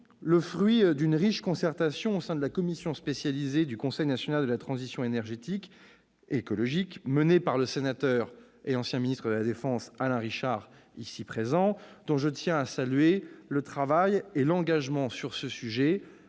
le fruit d'une riche concertation au sein de la commission spécialisée du Conseil national de la transition écologique menée par le sénateur et ancien ministre de la défense Alain Richard, dont je tiens à saluer le travail précis, de dialogue et